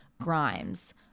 Grimes